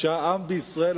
שהעם בישראל,